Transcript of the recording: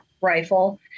rifle